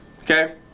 Okay